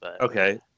Okay